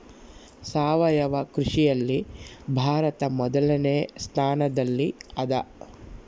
ಸಾವಯವ ಕೃಷಿಯಲ್ಲಿ ಭಾರತ ಮೊದಲನೇ ಸ್ಥಾನದಲ್ಲಿ ಅದ